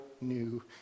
new